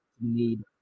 need